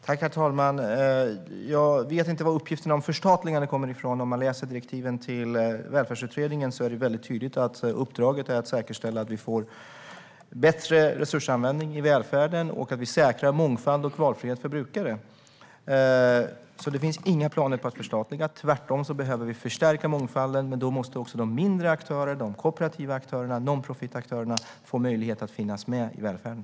Herr talman! Jag vet inte var uppgifterna om förstatligande kommer ifrån. I direktiven till Välfärdsutredningen är det väldigt tydligt att uppdraget är att säkerställa att vi får bättre resursanvändning i välfärden och att vi säkrar mångfald och valfrihet för brukare. Det finns alltså inga planer på att förstatliga. Tvärtom behöver vi förstärka mångfalden, men då måste också de mindre aktörerna, de kooperativa aktörerna och non-profit-aktörerna få möjlighet att finnas med i välfärden.